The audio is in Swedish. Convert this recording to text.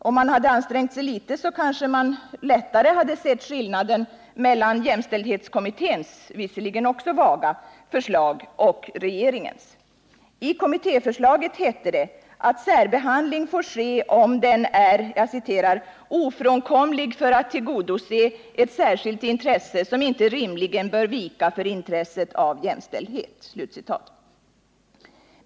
Om man hade ansträngt sig litet kanske man lättare hade sett skillnaden mellan jämställdhetskommitténs, visserligen också vaga, förslag och regeringens. I kommittéförslaget hette det att särbehandling får ske om den är ”ofrånkomlig föratt tillgodose ett särskilt intresse som inte rimligen bör vika för intresset av jämställdhet”.